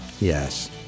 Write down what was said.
yes